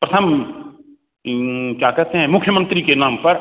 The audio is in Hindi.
प्रथम क्या कहते हैं मुख्य मंत्री के नाम पर